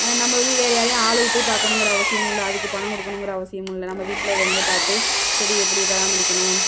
நம்ம வந்து வேறு யாரையும் ஆளை விட்டு பார்க்கணுங்குற அவசியமும் இல்லை அதுக்கு பணம் கொடுக்கணுங்குற அவசியமும் இல்லை நம்ம வீட்டில் உள்ளவர்களே பார்த்து செடி எப்படி பராமரிக்கணும்